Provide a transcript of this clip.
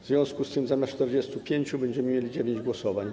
W związku z tym zamiast 45 będziemy mieli 9 głosowań.